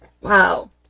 wow